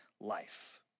life